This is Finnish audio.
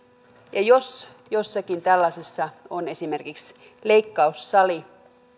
ja jos jossakin tällaisessa on esimerkiksi leikkaussali